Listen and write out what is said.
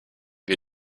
wir